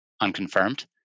unconfirmed